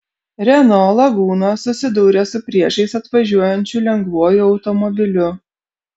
renault laguna susidūrė su priešais atvažiuojančiu lengvuoju automobiliu